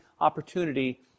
opportunity